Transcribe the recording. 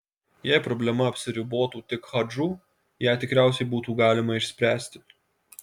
jei problema apsiribotų tik hadžu ją tikriausiai būtų galima išspręsti